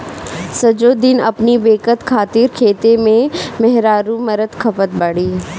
सजो दिन अपनी बेकत खातिर खेते में मेहरारू मरत खपत बाड़ी